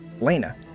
Lena